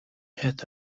had